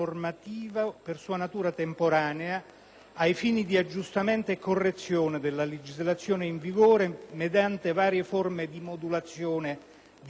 a fini di aggiustamento e correzione della legislazione in vigore mediante varie forme di modulazione di termini e di scadenze.